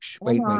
Wait